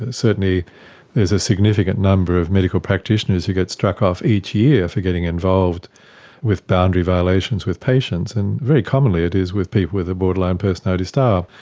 and certainly there is a significant number of medical practitioners who get struck off each year for getting involved with boundary violations with patients, and very commonly it is with people with a borderline personality style.